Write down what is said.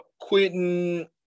quitting